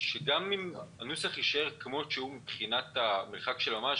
שגם אם הנוסח יישאר כפי שהוא מבחינת "מרחק של ממש"